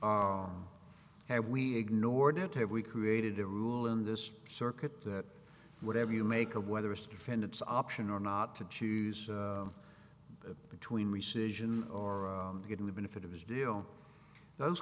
y have we ignored it have we created a rule in this circuit that whatever you make of whether it's a defendant's option or not to choose between recession or getting the benefit of his deal those